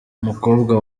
umukobwa